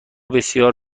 بسیار